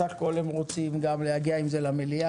סך הכול הם רוצים גם להגיע עם זה למליאה,